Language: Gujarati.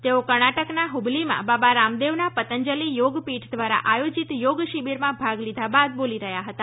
તેઓ કર્ણાટકના હ્રબલીમા બાબા રામદેવના પતંજલિ યોગ પીઠ દ્વારા આયોજિત થોગ શિબિરમાં ભાગ લીધા બાદ બોલી રહ્યા હતા